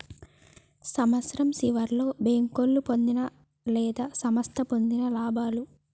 సంవత్సరం సివర్లో బేంకోలు పొందిన లేదా సంస్థ పొందిన లాభాలు